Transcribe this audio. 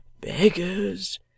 beggars